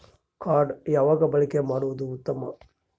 Card ಯಾವಾಗ ಬಳಕೆ ಮಾಡುವುದು ಉತ್ತಮ?